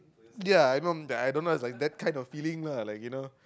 ya I mum I don't like that kind of feeling lah like you know